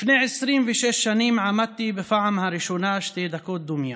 לפני 26 שנים עמדתי בפעם הראשונה שתי דקות דומייה.